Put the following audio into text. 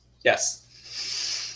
Yes